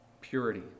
purity